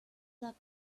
that